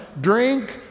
Drink